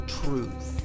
truth